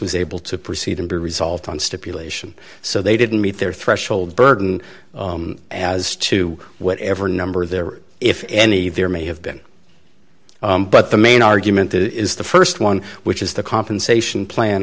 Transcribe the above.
was able to proceed and be resolved on stipulation so they didn't meet their threshold burden as to whatever number there if any there may have been but the main argument is the st one which is the compensation plan